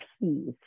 peace